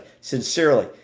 Sincerely